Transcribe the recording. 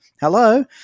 Hello